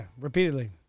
Repeatedly